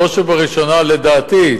לדעתי,